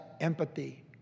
empathy